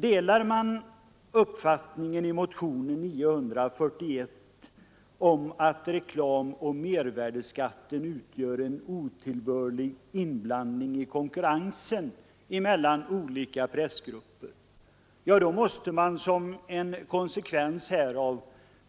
Delar man uppfattningen i motionen 941 om att reklamoch mervärdeskatten utgör en otillbörlig inblandning i konkurrensen mellan olika pressgrupper, då måste man som en konsekvens härav